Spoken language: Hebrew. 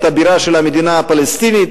את הבירה של המדינה הפלסטינית.